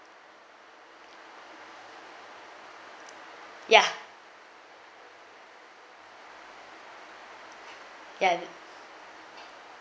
ya ya